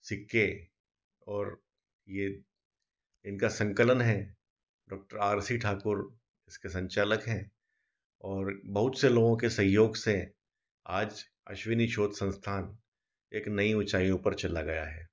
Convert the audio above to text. सिक्के और ये इनका संकलन है डॉक्टर आर सी ठाकुर इसके संचालक हैं और बहुत से लोगों के सहयोग से आज अश्विनी शोध संस्थान एक नई ऊँचाईयों पर चला गया है